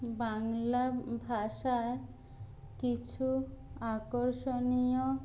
বাংলা ভাষার কিছু আকর্ষণীয়